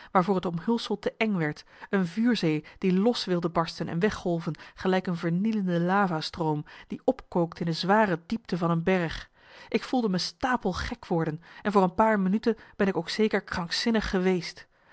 waarvoor het omhulsel te eng werd een vuurzee die los wilde barsten en weggolven gelijk een vernielende lavastroom die opkookt in de zwarte diepte van een berg ik voelde me stapel gek worden en voor een paar minuten ben ik ook zeker krankzinnig geweest